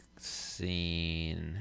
scene